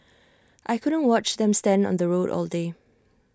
I couldn't watch them stand on the road all day